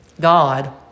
God